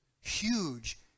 Huge